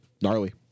Gnarly